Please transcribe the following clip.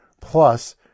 plus